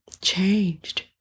changed